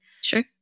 Sure